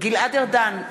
גלעד ארדן,